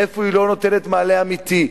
איפה היא לא נותנת מענה אמיתי.